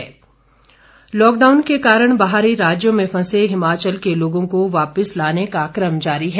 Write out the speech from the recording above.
विशेष rail सेवा lockdown के कारण बाहरी राज्यों में फंसे हिमाचल के लोगों को वापिस लाने का कम जारी है